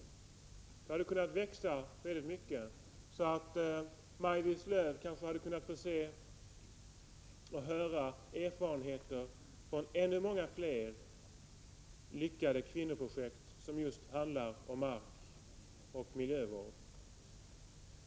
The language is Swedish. Det hade i stället kunnat växa väldigt mycket, och kanske hade Maj-Lis Lööw då kunnat få ta del av erfarenheter från ännu fler lyckade kvinnoprojekt när det gäller just markoch miljövård.